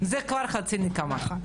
זו כבר חצי נחמה.